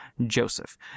Joseph